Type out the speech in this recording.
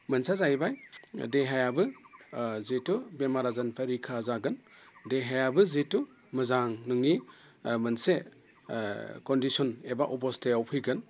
मोनसेया जाहैबाय देहायाबो जिहेथु बेमार आजारनिफ्राय रैखा जागोन देहायाबो जिहेथु मोजां नोंनि मोनसे कनडिशन एबा अबस्थायाव फैगोन